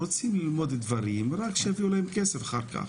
רוצים ללמוד דברים רק שיביאו להם כסף אחר כך,